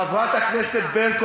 חברת הכנסת ברקו,